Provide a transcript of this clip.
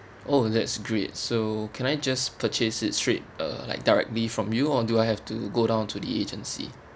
oh that's great so can I just purchase it straight uh like directly from you or do I have to go down to the agency